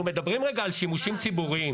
אנחנו מדברים על שימושים ציבוריים.